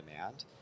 demand